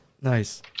Nice